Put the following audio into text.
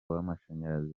w’amashanyarazi